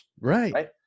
Right